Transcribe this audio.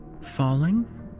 Falling